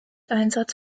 einsatz